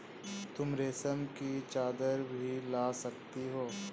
तुम रेशम की चद्दर भी ला सकती हो